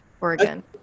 Oregon